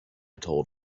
told